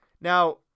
Now